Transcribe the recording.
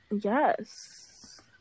yes